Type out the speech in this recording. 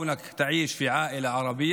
מעצם היותך בן במשפחה ערבית,